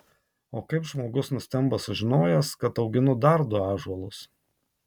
o kaip žmogus nustemba sužinojęs kad auginu dar du ąžuolus